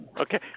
Okay